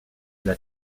dla